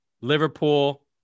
Liverpool